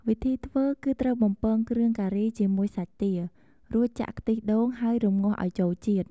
វិធីធ្វើគឺត្រូវបំពងគ្រឿងការីជាមួយសាច់ទា រួចចាក់ខ្ទិះដូង ហើយរំងាស់ឱ្យចូលជាតិ។